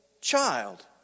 child